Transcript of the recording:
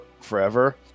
forever